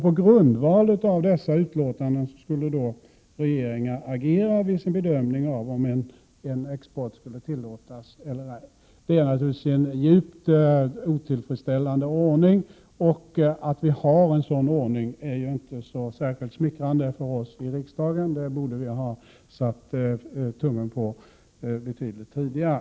På grundval av dessa utlåtanden skall regeringen agera vid sin bedömning av om en export kan tillåtas eller ej. Det är naturligtvis en djupt otillfredsställande ordning. Att vi har en sådan ordning är ju inte särskilt smickrande för oss i riksdagen. Det borde vi ha satt tummen på betydligt tidigare.